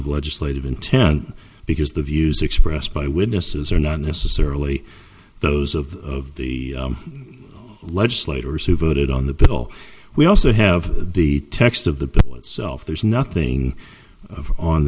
of legislative intent because the views expressed by witnesses are not necessarily those of the legislators who voted on the bill we also have the text of the bill itself there's nothing on